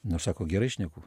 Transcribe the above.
na sako gerai šneku